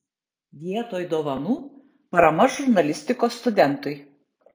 vietoj dovanų parama žurnalistikos studentui